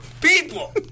people